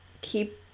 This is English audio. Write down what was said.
keep